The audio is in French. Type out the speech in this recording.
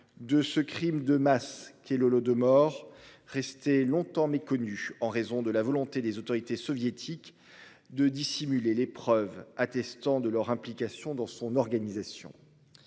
de ce Crime de masse qui est le lot de morts resté longtemps méconnu en raison de la volonté des autorités soviétiques de dissimuler les preuves attestant de leur implication dans son organisation.